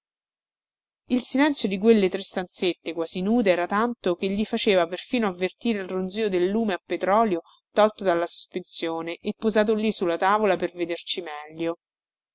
il silenzio di quelle tre stanzette quasi nude era tanto che gli faceva perfino avvertire il ronzio del lume a petrolio tolto dalla sospensione e posato lì sulla tavola per vederci meglio